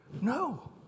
No